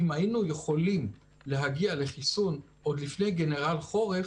אם היינו יכולים להגיע לחיסון עוד לפני גנרל חורף,